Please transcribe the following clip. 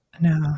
No